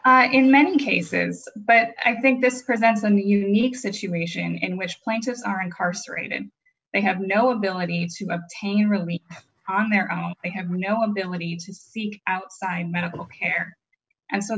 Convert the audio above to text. y in many cases but i think this presents an unique situation in which plaintiffs are incarcerated they have no ability to obtain relief on their own they have no ability to seek outside medical care and so